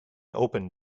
open